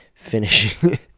finishing